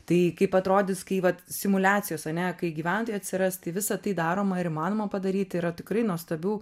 tai kaip atrodys kai vat simuliacijos ane kai gyventojų atsiras tai visa tai daroma ir įmanoma padaryti yra tikrai nuostabių